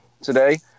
today